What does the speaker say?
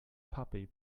puppy